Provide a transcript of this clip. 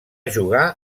jugar